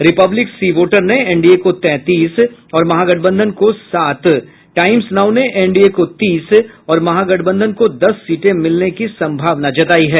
Republic C Voter ने NDA को तैंतीस और महागठबंधन को सात टाईम्स नाउ ने एनडीए को तीस और महागठबंधन को दस सीटें मिलने की संभावना जतायी है